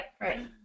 right